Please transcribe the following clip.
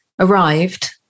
arrived